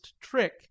trick